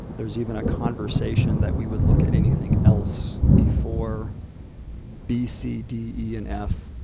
there was even a conversation that we would look at anything else before b, c, d, e, and f,